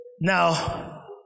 Now